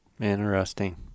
Interesting